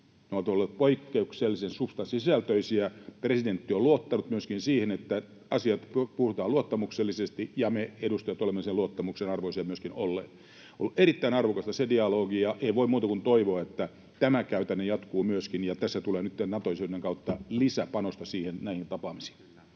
ne ovat olleet poikkeuksellisen suhtasisältöisiä. Presidentti on luottanut myöskin siihen, että asiat puhutaan luottamuksellisesti, ja me edustajat olemme sen luottamuksen arvoisia myöskin olleet. Se dialogi on ollut erittäin arvokasta, ja ei voi muuta kuin toivoa, että tämä käytäntö jatkuu myöskin. Ja tässä tulee nyt Nato-jäsenyyden kautta lisää panosta näihin tapaamisiin.